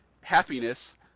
happiness